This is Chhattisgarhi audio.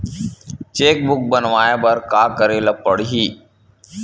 चेक बुक बनवाय बर का करे ल पड़हि?